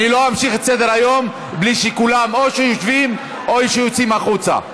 אני לא אמשיך את סדר-היום בלי שכולם יושבים או יוצאים החוצה.